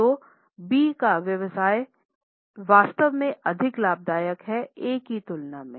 तो B का व्यवसाय वास्तव में अधिक लाभदायक है A की तुलना में